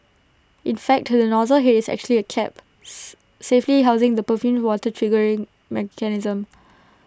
in fact to the nozzle Head is actually A caps safely housing the perfumed water's triggering mechanism